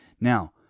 Now